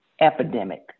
epidemic